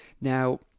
Now